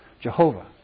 Jehovah